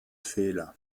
fehler